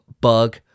bug